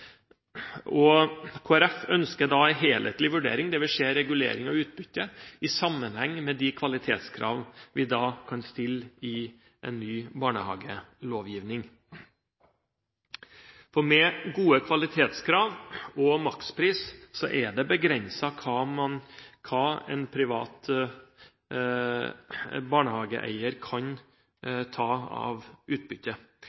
Kristelig Folkeparti ønsker da en helhetlig vurdering, der vi ser regulering av utbytte i sammenheng med de kvalitetskrav vi kan stille i en ny barnehagelovgivning. Med gode kvalitetskrav og makspris er det begrenset hva en privat barnehageeier kan